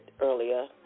earlier